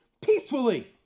peacefully